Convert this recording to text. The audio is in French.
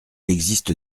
existe